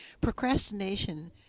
Procrastination